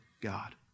God